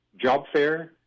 jobfair